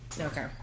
Okay